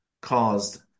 caused